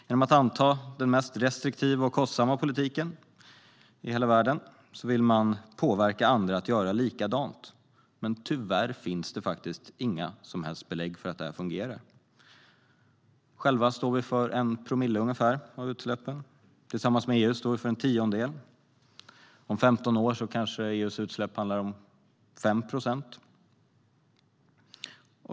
Genom att anta den restriktivaste och kostsammaste politiken i hela världen vill man påverka andra att göra likadant. Tyvärr finns inga som helst belägg för att detta fungerar. Själva står vi för ungefär 1 promille av utsläppen. Tillsammans med EU står vi för en tiondel. Om 15 år kanske EU:s siffra handlar om 5 procent.